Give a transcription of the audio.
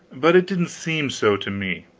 but it didn't seem so to me.